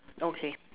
okay